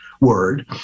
word